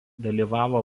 dalyvavo